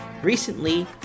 Recently